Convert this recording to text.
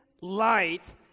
light